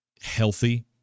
healthy